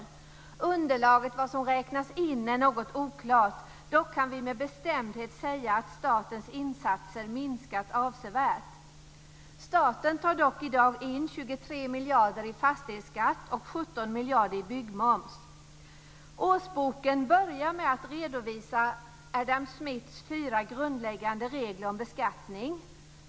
Underlaget för vad som räknas in är något oklart. Dock kan vi med bestämdhet säga att statens insatser minskat avsevärt. Staten tar dock i dag in 23 miljarder i fastighetsskatt och 17 miljarder i byggmoms. I årsboken börjar man med att redovisa Adam Smiths fyra grundläggande regler om beskattning.